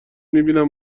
میبینیم